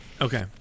okay